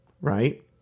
right